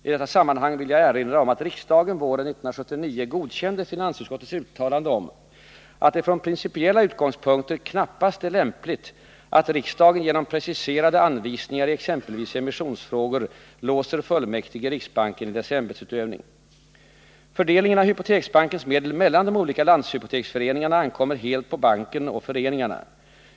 I detta sammanhang vill jag erinra om att riksdagen våren 1979 godkände finansutskottets uttalande att det från principiella utgångspunkter knappast är lämpligt att riksdagen genom preciserade anvisningar i exempelvis emissionsfrågor låser fullmäktige i riksbanken i dess ämbetsutövning. Fördelningen av hypoteksbankens medel mellan de olika landshypoteksföreningarna ankommer helt på banken och föreningarna.